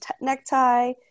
necktie